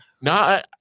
No